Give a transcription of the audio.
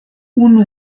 unu